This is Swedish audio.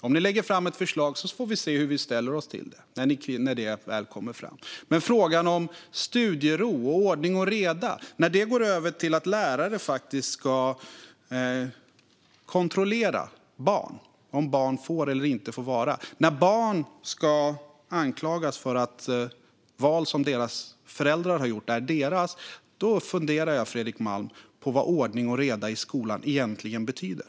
Om ni lägger fram ett förslag får vi ser hur vi ställer oss till det. Men om frågan om studiero och ordning och reda går över till att lärare faktiskt ska kontrollera om barn får eller inte får vara i Sverige, om barn ska anklagas för val som deras föräldrar har gjort, då funderar jag, Fredrik Malm, på vad ordning och reda i skolan egentligen betyder.